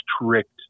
strict